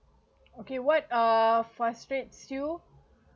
okay what uh frustrate you